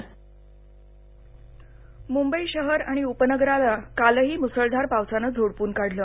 पाऊसः मुंबई शहर आणि उपनगराला कालही मुसळधार पावसानं झोडपून काढलं